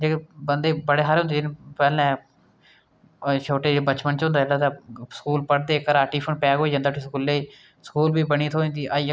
उंदा इक्क साहित्य ऐ गोदान गोदान बड़ा पढ़ेआ जंदा ऐ उंदी क्हानी में नौमीं दसमीं च पढ़ी ही जेह्दा नांऽ ऐ परदा